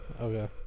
Okay